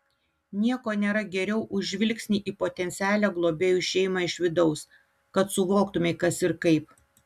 nieko nėra geriau už žvilgsnį į potencialią globėjų šeimą iš vidaus kad suvoktumei kas ir kaip